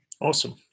Awesome